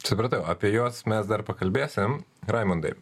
supratau apie juos mes dar pakalbėsim raimondai